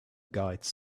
guides